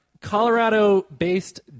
Colorado-based